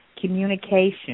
communication